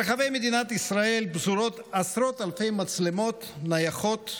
ברחבי מדינת ישראל פזורות עשרות אלפי מצלמות נייחות,